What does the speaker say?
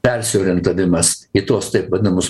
persiorientavimas į tuos taip vadinamus